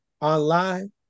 online